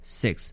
six